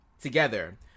together